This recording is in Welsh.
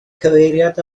cyfeiriad